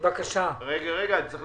אנחנו מבקשים לעשות תיקון שיאפשר רק לחברי